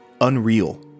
unreal